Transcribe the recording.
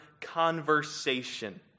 conversation